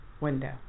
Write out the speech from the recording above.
window